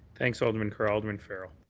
thanks, alderman carra. alderman farrell.